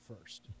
first